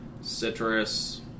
citrus